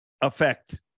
affect